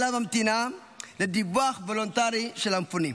אלא ממתינה לדיווח וולונטרי של המפונים.